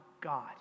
God